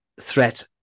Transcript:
threat